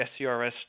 SCRS